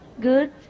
Good